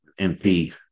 MP